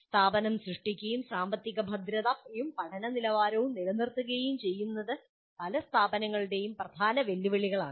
സ്ഥാപനം സൃഷ്ടിക്കപ്പെടുകയും സാമ്പത്തിക ഭദ്രതയും പഠന നിലവാരവും നിലനിർത്തുകയും ചെയ്യുന്നത് പല സ്ഥാപനങ്ങളുടെയും പ്രധാന വെല്ലുവിളികളാണ്